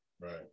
Right